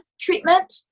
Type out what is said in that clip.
treatment